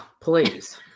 please